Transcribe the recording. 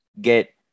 get